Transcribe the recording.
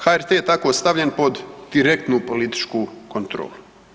HRT je tako stavljen pod direktnu političku kontrolu.